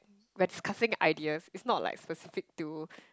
when discussing ideas it's not like specific to